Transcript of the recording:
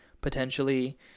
potentially